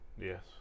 Yes